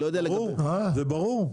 ברור ברור,